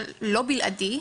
לא בלעדי,